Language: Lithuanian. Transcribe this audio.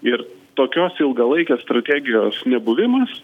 ir tokios ilgalaikės strategijos nebuvimas